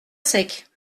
sec